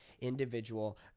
individual